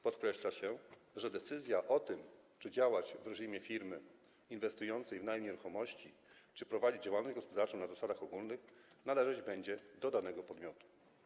Podkreśla się, że decyzja o tym, czy działać w reżimie firmy inwestującej w najem nieruchomości, czy prowadzić działalność gospodarczą na zasadach ogólnych, należeć będzie do danego podmiotu.